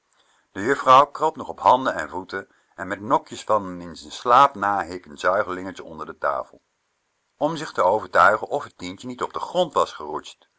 de juffrouw kroop nog op handen en voeten en met nokjes van n in z'n slaap na hikkend zuigelingetje onder de tafel om zich te overtuigen of t tientje niet op den grond was